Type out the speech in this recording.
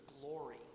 glory